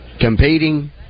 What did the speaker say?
competing